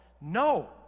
No